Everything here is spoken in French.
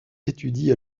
étudie